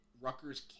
Rutgers